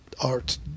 art